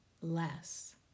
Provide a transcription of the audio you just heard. less